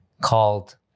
called